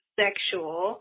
sexual